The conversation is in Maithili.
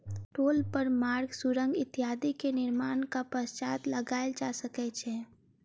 टोल कर मार्ग, सुरंग इत्यादि के निर्माणक पश्चात लगायल जा सकै छै